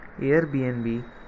Airbnb